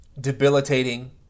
debilitating